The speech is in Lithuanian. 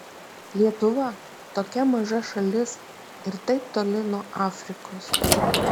lietuva tokia maža šalis ir taip toli nuo afrikos